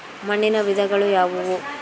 ಮಣ್ಣಿನ ವಿಧಗಳು ಯಾವುವು?